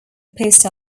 post